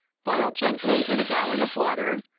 boil gently, in a gallon of water,